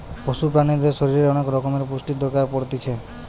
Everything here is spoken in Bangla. পশু প্রাণীদের শরীরের অনেক রকমের পুষ্টির দরকার পড়তিছে